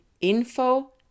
info